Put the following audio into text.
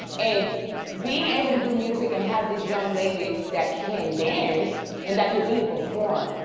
and being able to do music and have these young ladies that can dance and that could really perform,